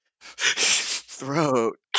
throat